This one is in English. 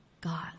God